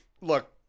look